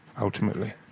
ultimately